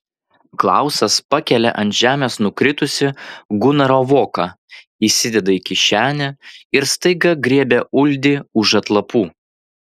klausas pakelia ant žemės nukritusį gunaro voką įsideda į kišenę ir staiga griebia uldį už atlapų